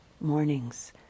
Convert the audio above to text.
mornings